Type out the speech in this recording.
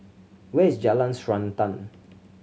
where is Jalan Srantan